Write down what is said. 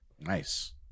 Nice